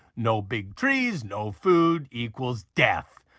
no big trees, no food equals death.